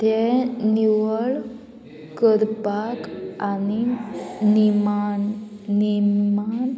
तें निवळ करपाक आनी निमाण नेमान